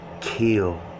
kill